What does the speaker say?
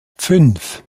fünf